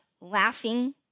Laughing